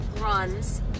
runs